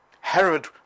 Herod